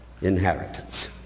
inheritance